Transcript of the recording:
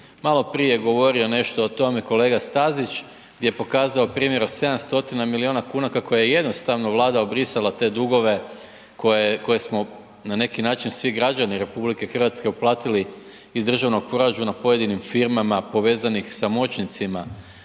Maloprije je govorio nešto o tome kolega Stazić gdje je pokazao primjer od 700 milijuna kuna kako je jednostavno Vlada obrisala te dugove koje smo na neki način svi građani RH uplatili iz državnog proračuna pojedinim firmama povezanih sa moćnicima